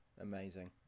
amazing